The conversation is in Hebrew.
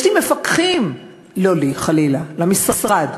יש לי מפקחים, לא לי, חלילה, למשרד.